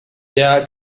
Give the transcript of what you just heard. der